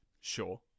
sure